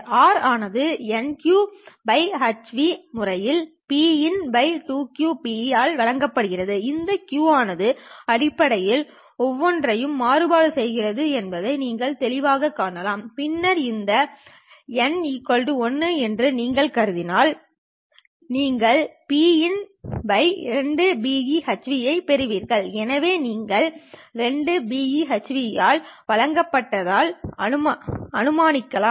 R ஆனது ηqhν முறைகள் Pin2qBe ஆல் வழங்கப்படுகிறது இந்த Q ஆனது அடிப்படையில் ஒவ்வொன்றையும் மாறுபாடு செய்கிறது என்பதை நீங்கள் தெளிவாகக் காணலாம் பின்னர் இந்த η1 என்று நீங்கள் கருதினால் நீங்கள் Pin2Behν ஐ பெறுவீர்கள் எனவே நீங்கள் 2Behν ஆல் வழங்கப்பட்டது என அனுமானிக்கலாம்